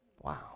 Wow